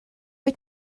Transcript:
wyt